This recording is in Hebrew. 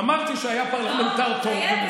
אמרתי שהיה פרלמנטר טוב.